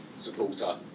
supporter